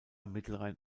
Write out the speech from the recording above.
mittelrhein